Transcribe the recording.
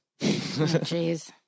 Jeez